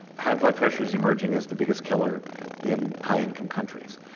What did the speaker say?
high blood pressure is emerging as the biggest killer in high income countries,